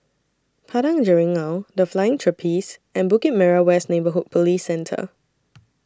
Padang Jeringau The Flying Trapeze and Bukit Merah West Neighbourhood Police Centre